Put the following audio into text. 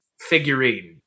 figurine